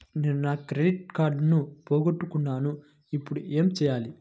నేను నా క్రెడిట్ కార్డును పోగొట్టుకున్నాను ఇపుడు ఏం చేయాలి?